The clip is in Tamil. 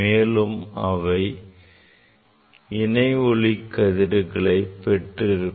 மேலும் அவை இணை ஒளிக்கதிர்களை பெற்றிருக்கும்